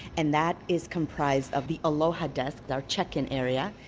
and that is comprised of the aloha desk, our check-in area,